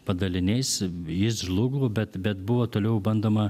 padaliniais jis žlugo bet bet buvo toliau bandoma